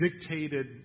dictated